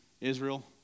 Israel